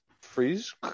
freeze